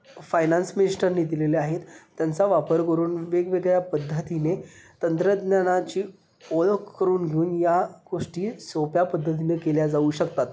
finance मिनिस्टरनी दिलेले आहेत त्यांचा वापर करून वेगवेगळ्या पद्धतीने तंत्रज्ञानाची ओळख करून घेऊन या गोष्टी सोप्या पद्धतीने केल्या जाऊ शकतात